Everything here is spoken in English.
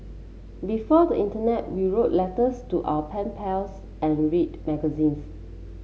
before the internet we wrote letters to our pen pals and read magazines